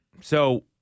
So-